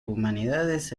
humanidades